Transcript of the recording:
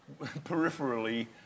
peripherally